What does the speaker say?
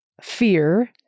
fear